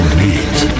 meet